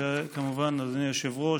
אדוני היושב-ראש,